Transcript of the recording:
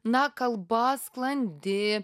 na kalba sklandi